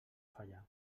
fallar